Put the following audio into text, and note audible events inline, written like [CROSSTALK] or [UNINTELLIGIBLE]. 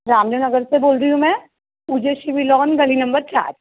[UNINTELLIGIBLE] नगर से बोल रही हूँ मैं [UNINTELLIGIBLE] गली नम्बर चार